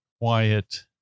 quiet